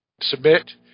submit